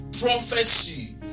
prophecy